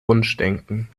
wunschdenken